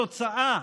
התוצאה